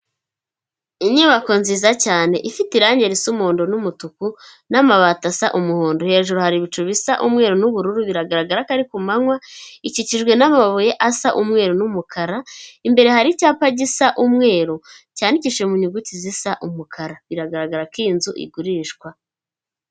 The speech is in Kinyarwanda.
Inyubako nziza cyane ifite irangi risa umuhondo n'umutuku n'amabati asa umuhondo, hejuru hari ibicu bisa umweru n'ubururu biragaragara ko ari ku manywa, ikikijwe n'amabuye asa umweru n'umukara, imbere hari icyapa gisa umweru cyandikishije mu nyuguti zisa umukara, biragaragara ko iyi nzu igurishwa.